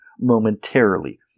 momentarily